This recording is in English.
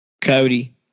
Cody